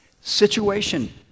situation